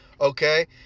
okay